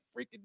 freaking